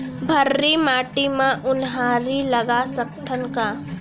भर्री माटी म उनहारी लगा सकथन का?